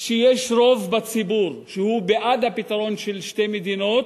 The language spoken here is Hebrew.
שיש רוב בציבור שהוא בעד הפתרון של שתי מדינות,